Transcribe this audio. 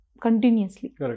continuously